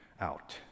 out